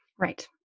Right